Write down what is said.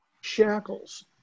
shackles